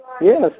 Yes